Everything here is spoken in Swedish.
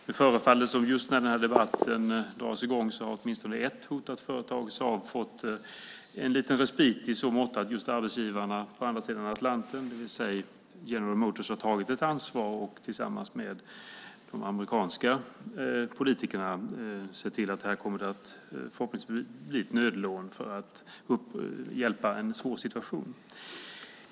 Det förefaller som att just när denna debatt drog i gång fick åtminstone ett hotat företag, Saab, en liten respit i så motto att arbetsgivarna på andra sidan Atlanten, det vill säga General Motors, tog sitt ansvar tillsammans med de amerikanska politikerna för att se till att det förhoppningsvis blir ett nödlån i syfte att hjälpa i en svår situation.